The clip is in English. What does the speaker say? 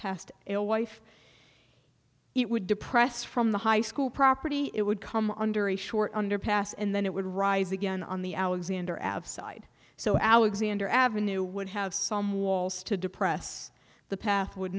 past alewife it would depress from the high school property it would come under a short underpass and then it would rise again on the alexander av side so alexander avenue would have some walls to depress the path would